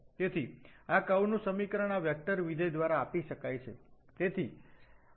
તેથી આ કર્વ નું સમીકરણ આ વેક્ટરવિધેય દ્વારા આપી શકાય છે